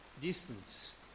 distance